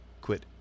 quit